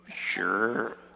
Sure